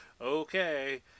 okay